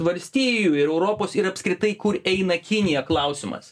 valstijų ir europos ir apskritai kur eina kinija klausimas